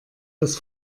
das